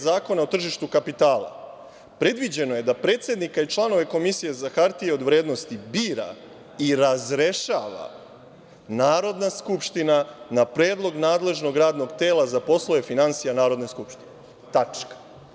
Zakona o tržištu kapitala predviđeno je da predsednika i članove Komisije za hartije od vrednosti bira i razrešava Narodna skupština na predlog nadležnog radnog tela za poslove finansija Narodne skupštine, tačka.